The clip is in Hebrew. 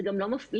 זה גם לא מפליא,